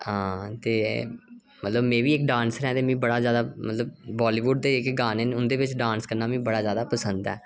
आं ते मतलब में बी इक डांसर आं ते मिगी बड़ा ज्यादा मतलब बालीवुड दे के गाने न उंदे बिच डांस करना मिगी बड़ा ज्यादा पसंद ऐ